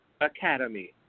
academy